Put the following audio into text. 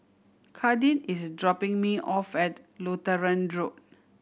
Kadin is dropping me off at Lutheran Road